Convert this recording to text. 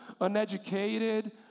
uneducated